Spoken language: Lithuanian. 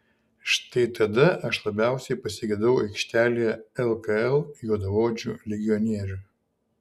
štai tada aš labiausiai pasigedau aikštelėje lkl juodaodžių legionierių